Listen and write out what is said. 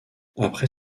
après